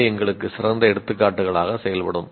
அவை எங்களுக்கு சிறந்த எடுத்துக்காட்டுகளாக செயல்படும்